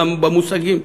במושגים,